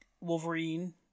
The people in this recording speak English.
Wolverine